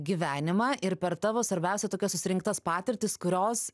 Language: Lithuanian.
gyvenimą ir per tavo svarbiausia tokias susirinktas patirtis kurios